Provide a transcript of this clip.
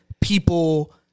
people